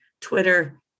Twitter